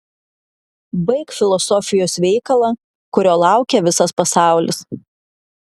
baik filosofijos veikalą kurio laukia visas pasaulis